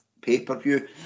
pay-per-view